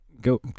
Go